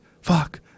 Fuck